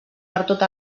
pertot